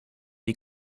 die